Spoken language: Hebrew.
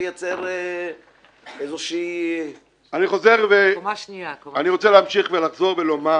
שיש פער של 80 מיליון שקלים בין עלות